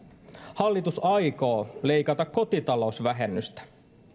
hallitus aikoo leikata kotitalousvähennystä